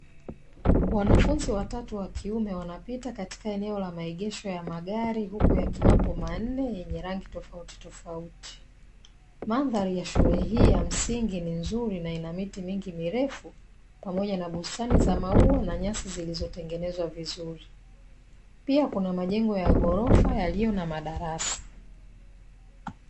Wanafunzi watatu wa kiume wanapita katika eneo la maegesho ya magari huku yakiwapo manne yenye rangi tofauti tofauti. Mandhari ya shule hii ya msingi ni nzuri na ina miti mingi mirefu pamoja na bustani za maua na nyasi zilizotengenezwa vizuri, pia kuna majengo ya ghorofa yaliyo na madarasa.